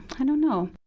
i don't know.